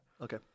Okay